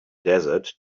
desert